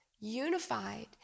unified